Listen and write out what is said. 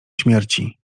śmierci